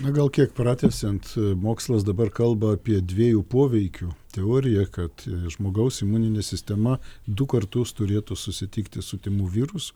na gal kiek pratęsiant mokslas dabar kalba apie dviejų poveikių teoriją kad žmogaus imuninė sistema du kartus turėtų susitikti su tymų virusu